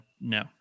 no